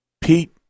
Pete